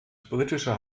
britische